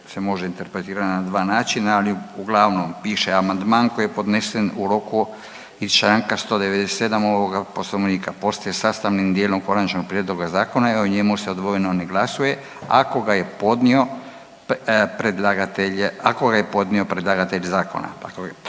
se može interpretirat na dva načina, ali uglavnom piše amandman koji je podnesen u roku iz čl. 197. ovoga poslovnika postaje sastavnim dijelom konačnog prijedloga zakona i o njemu se odvojeno ne glasuje ako ga je podnio predlagatelj, ako